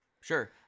Sure